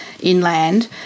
Inland